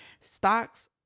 Stocks